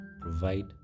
provide